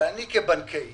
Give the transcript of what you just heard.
אבל אני כבנקאי